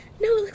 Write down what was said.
no